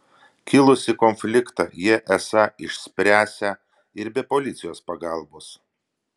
kilusį konfliktą jie esą išspręsią ir be policijos pagalbos